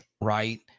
right